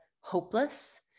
hopeless